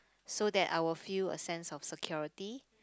so that I will feel a sense of security